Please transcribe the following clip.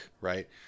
right